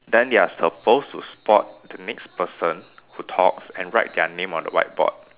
then they are supposed to spot the next person who talks and write their name on the whiteboard